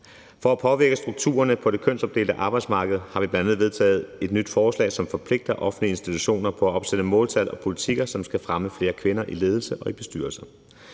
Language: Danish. For at påvirke strukturerne på det kønsopdelte arbejdsmarked har vi bl.a. vedtaget et nyt forslag, som forpligter offentlige institutioner til at opstille måltal og politikker, som skal fremme flere kvinder i ledelser og i bestyrelser.